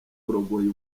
kurogoya